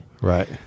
Right